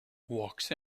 walks